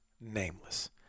nameless